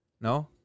No